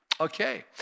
Okay